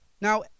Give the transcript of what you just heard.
Now